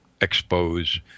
expose